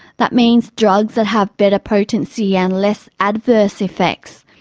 that means drugs that have better potency and less adverse effects.